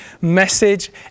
message